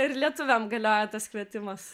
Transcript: ir lietuviam galioja tas kvietimas